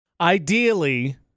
Ideally